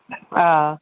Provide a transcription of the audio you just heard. हा